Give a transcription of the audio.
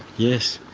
yes,